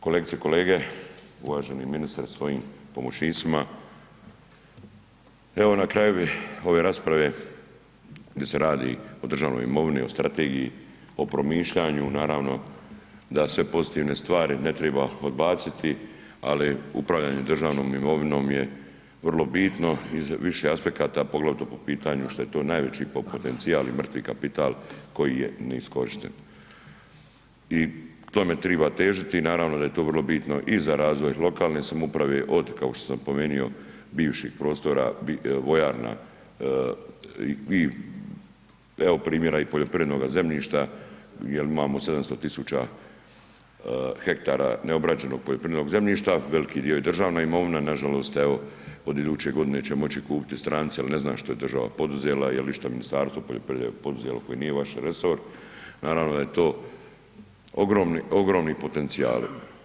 Kolegice i kolege, uvaženi ministre sa svojim pomoćnicima, evo na kraju bi ove rasprave di se radi o državnoj imovini, o strategiji, o promišljanju, naravno da sve pozitivne stvari ne triba odbaciti, ali upravljanje državnom imovinom je vrlo bitno iz više aspekata, poglavito po pitanju što je to najveći potencijal i mrtvi kapital koji je neiskorišten i tome triba težiti i naravno da je to vrlo bitno i za razvoj lokalne samouprave od, kako sam pomenuo, bivših prostora vojarna, evo primjera i poljoprivrednoga zemljišta jel imamo 700 000 hektara neobrađenog poljoprivrednog zemljišta, veliki dio je državna imovina, nažalost evo od iduće godine će moći kupiti i stranci, al ne znam što je država poduzela, jel išta Ministarstvo poljoprivrede poduzelo koji nije vaš resor, naravno da je to ogromni potencijali.